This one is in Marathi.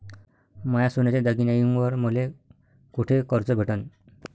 माया सोन्याच्या दागिन्यांइवर मले कुठे कर्ज भेटन?